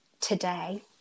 today